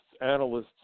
analysts